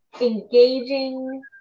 engaging